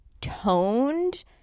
toned